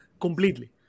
completely